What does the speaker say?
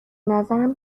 نظرم